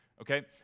okay